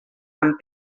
amb